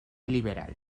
liberal